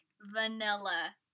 vanilla